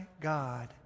God